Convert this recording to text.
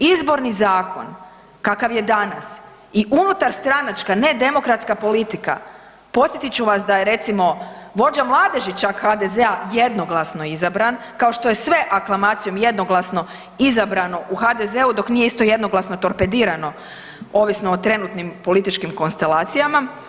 Izborni zakon kakav je danas i unutarstranačka nedemokratska politika podsjetit ću vas da je recimo vođa mladeži čak HDZ-a jednoglasno izabran kao što je sve aklamacijom jednoglasno izabrano u HDZ-u dok nije isto jednoglasno torpedirano ovisno o trenutnim političkim konstelacijama.